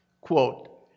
Quote